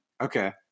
Okay